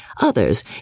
Others